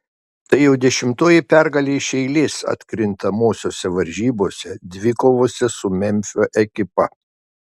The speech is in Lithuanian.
tai jau dešimtoji pergalė iš eilės atkrintamosiose varžybose dvikovose su memfio ekipa